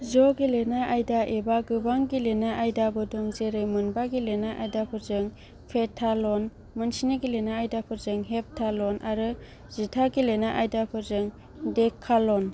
ज गेलेनाय आयदा एबा गोबां गेलेनाय आयदा बो दं जेरै मोनबा गेलेनाय आयदाफोरजों पेन्टाथ्लन मोनस्नि गेलेनाय आयदाफोरजों हेप्टाथ्लन आरो जिथा गेलेनाय आयदाफोरजों डेकाथ्लन